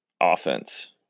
offense